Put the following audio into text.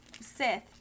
Sith